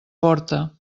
porta